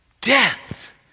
death